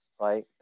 right